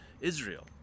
Israel